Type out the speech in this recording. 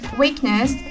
weakness